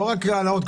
לא רק העלאות.